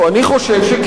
אני חושב שכן,